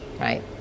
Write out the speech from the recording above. right